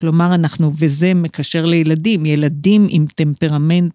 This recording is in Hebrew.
כלומר, אנחנו, וזה מקשר לילדים, ילדים עם טמפרמנט.